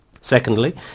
secondly